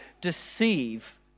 deceive